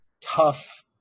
tough